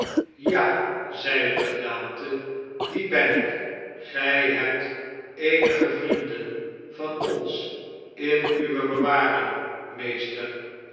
ja zeide de gedaante die ben ik gij hebt eenige vrienden van ons in uwe bewaring meester